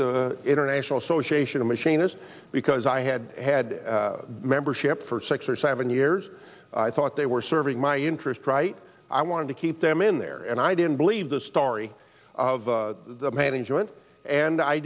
the international association of machinists because i had had membership for six or seven years i thought they were serving my interest right i wanted to keep them in there and i didn't believe the story of the management and i